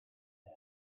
дээ